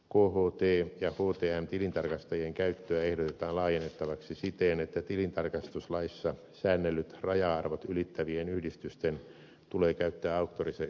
kht ja htm tilintarkastajien käyttöä ehdotetaan laajennettavaksi siten että tilintarkastuslaissa säännellyt raja arvot ylittävien yhdistysten tulee käyttää auktorisoituja tilintarkastajia